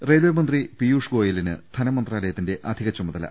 റെയിൽവേമന്ത്രി പീയുഷ് ഗോയലിന് ധനമന്ത്രാലയത്തിന്റെ അധിക ചുമതല